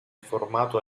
formato